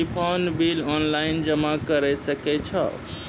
Telephone bill online जमा करै सकै छौ?